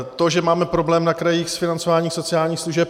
To, že máme problém na krajích s financováním sociálních služeb.